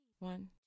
One